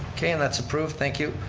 okay, and that's approved, thank you.